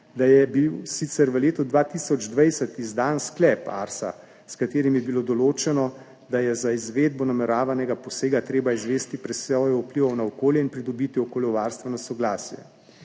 da je bil sicer v letu 2020 izdan sklep ARSA, s katerim je bilo določeno, da je za izvedbo nameravanega posega treba izvesti presojo vplivov na okolje in pridobiti okoljevarstveno soglasje.